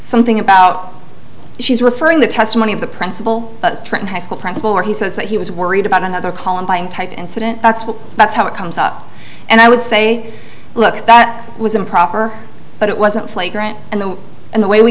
something about she's referring the testimony of the principal high school principal where he says that he was worried about another columbine type incident that's what that's how it comes up and i would say look that was improper but it wasn't flagrant and the and the way we